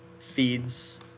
feeds